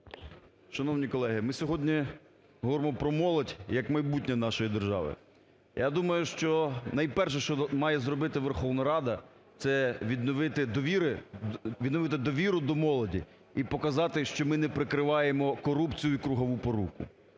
Шановні колеги, ми сьогодні говоримо про молодь як майбутнє нашої держави. Я думаю, що найперше, що має зробити Верховна Рада, це відновити довіру до молоді і показати, що ми не прикриваємо корупцію і кругову поруку.